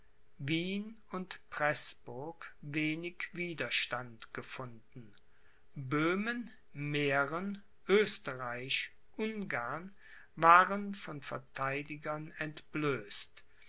wien und preßburg wenig widerstand gefunden böhmen mähren oesterreich ungarn waren von verteidigern entblößt